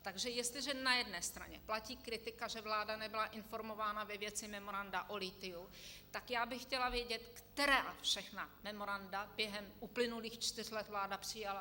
Takže jestliže na jedné straně platí kritika, že vláda nebyla informována ve věci memoranda o lithiu, tak já bych chtěla vědět, která všechna memoranda během uplynulých čtyř let vláda přijala.